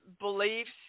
beliefs